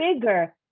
bigger